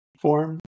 form